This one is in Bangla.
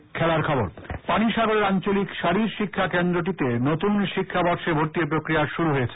পানিসাগর কলেজ পানিসাগরের আঞ্চলিক শারীর শিক্ষা কেন্দ্রটিতে নতুন শিক্ষাবর্ষে ভর্তির প্রক্রিয়া শুরু হয়েছে